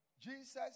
Jesus